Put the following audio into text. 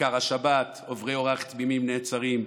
כיכר השבת, עוברי אורח תמימים נעצרים,